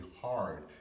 hard